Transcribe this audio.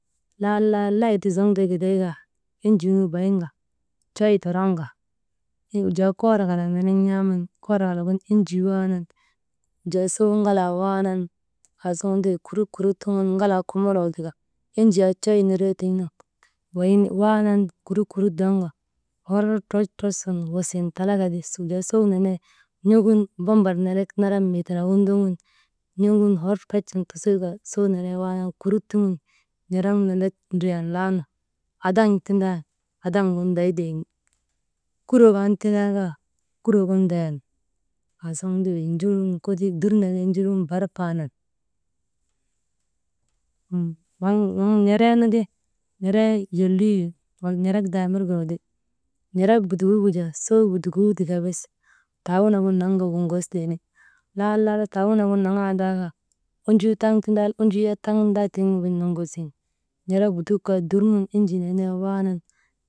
Laala, laala lay ti zoŋtee giday kaa, enjii nu bayin ka coy toroŋka, «hesitation» wujaa koorok kalak nenek n̰aaman, koork kalagin enjii nu waanan, wujaa saw ŋalaa waanan, aasuŋun ti wey kurut kurut suŋun ŋalaa komoloo tika enjii yak coy niree tiŋ nun wayin waanan, kurut doŋka hor troch, troch sun wusin talaka ti «hesitation» wujaa sow nenee, n̰oŋun bambar nenek naran mii tindagin ndogun n̰ogun hor troch sun tusirka sow nenee waanan kurut suŋun n̰erem nenek ndriyan laanu adaŋ tinndaanu adaŋ gin ndaytee ti, kurok an tindaakaa kurok gin ndayan aasuŋun ti wey njurun kolii dur nenee njurun bar paanan. Waŋ n̰ereenu ti n̰eree lolii wi, n̰erek daamir gegu ti, n̰erek butukuk gu jaa sow butukuu tika ti taawunagin naŋka woŋostee ti, laala laala taawunagin naŋaandaaka, onjuu taŋ tindan onjuu yak taŋ taŋ nindaa tiŋ nun bes noŋosin, n̰erek butukuk gu kaa dur nun enjii nenee waanan.